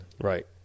Right